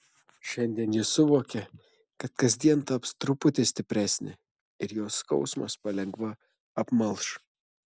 šiandien ji suvokė kad kasdien taps truputį stipresnė ir jos skausmas palengva apmalš